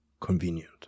convenient